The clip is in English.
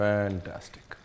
Fantastic